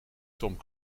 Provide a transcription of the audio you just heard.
tom